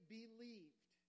believed